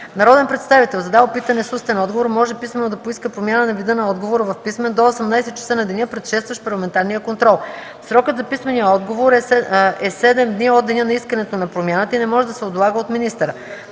Народен представител, задал питане с устен отговор, може писмено да поиска промяна на вида на отговора в писмен до 18,00 часа на деня, предшестващ парламентарния контрол. Срокът за писмения отговор е 7 дни от деня на искането на промяната и не може да се отлага от министъра.